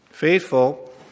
Faithful